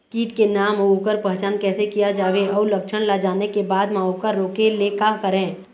कीट के नाम अउ ओकर पहचान कैसे किया जावे अउ लक्षण ला जाने के बाद मा ओकर रोके ले का करें?